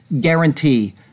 guarantee